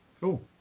Cool